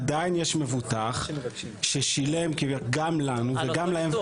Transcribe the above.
עדיין יש מבוטח ששילם גם לנו וגם להם,